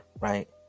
right